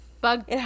Bug